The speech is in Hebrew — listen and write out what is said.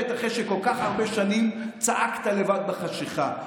אחרי שכל כך הרבה שנים צעקת לבד בחשכה,